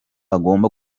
agomba